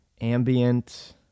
ambient